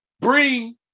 bring